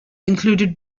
included